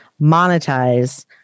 monetize